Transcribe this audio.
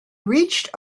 reached